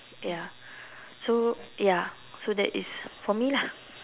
ya so ya so that is for me lah